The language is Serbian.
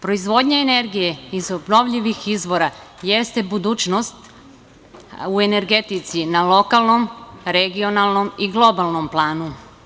Proizvodnja energije iz obnovljivih izvora jeste budućnost u energetici na lokalnom, regionalnom i globalnom planu.